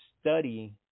study